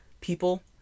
people